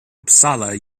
uppsala